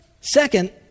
Second